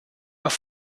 auf